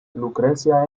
lucrecia